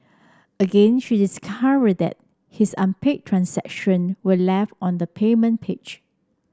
again she discovered that his unpaid transaction were left on the payment page